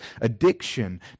addiction